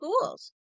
schools